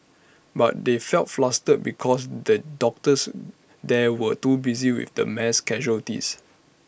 but they felt flustered because the doctors there were too busy with the mass casualties